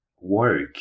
work